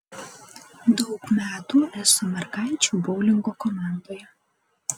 daug metų esu mergaičių boulingo komandoje